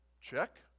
Check